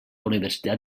universitat